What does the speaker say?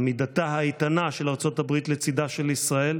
עמידתה האיתנה של ארצות הברית לצידה של ישראל,